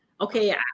okay